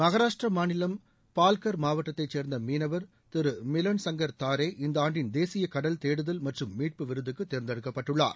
மகாராஷ்டிரா மாநிலம் பால்கர் மாவட்டத்தைச் சேர்ந்த மீனவர் திரு மிலன் சங்கர் தாரே இந்த ஆண்டின் தேசிய கடல் தேடுதல் மற்றும் மீட்பு விருதுக்கு தேர்ந்தெடுக்கப்பட்டுள்ளார்